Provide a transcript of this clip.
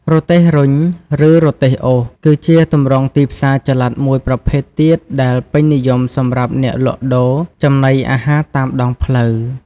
រទេះរុញ ឬ រទេះអូស គឺជាទម្រង់ទីផ្សារចល័តមួយប្រភេទទៀតដែលពេញនិយមសម្រាប់អ្នកលក់ដូរចំណីអាហារតាមដងផ្លូវ។